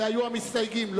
זה המסתייגים.